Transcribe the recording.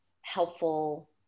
helpful